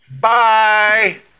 Bye